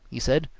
he said,